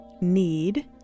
need